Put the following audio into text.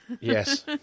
Yes